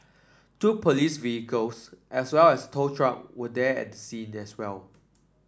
two police vehicles as well as tow truck would there at the scene as well